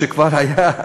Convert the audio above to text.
שכבר היה,